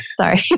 Sorry